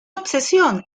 obsesión